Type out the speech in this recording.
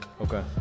okay